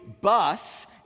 bus